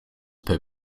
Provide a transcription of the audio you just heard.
per